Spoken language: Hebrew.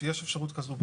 יש אפשרות כזאת.